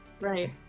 Right